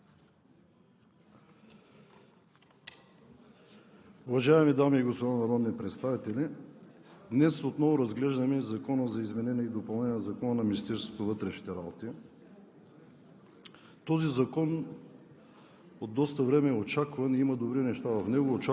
Уважаеми дами и господа народни представители! Днес отново разглеждаме Закона за изменение и допълнение на Закона за Министерството на вътрешните работи.